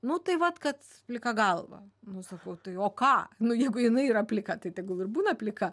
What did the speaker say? nu tai vat kad plika galva nu sakau tai o ką nu jeigu jinai yra plika tai tegul ir būna plika